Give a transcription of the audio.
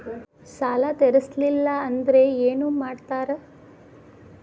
ಸಾಲ ತೇರಿಸಲಿಲ್ಲ ಅಂದ್ರೆ ಏನು ಮಾಡ್ತಾರಾ?